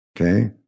Okay